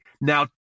now